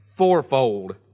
fourfold